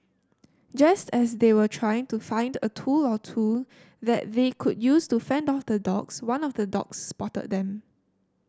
just as they were trying to find a tool or two that they could use to fend off the dogs one of the dogs spotted them